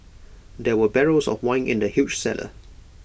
there were barrels of wine in the huge cellar